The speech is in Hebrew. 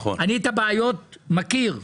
את הבעיות אני מכיר,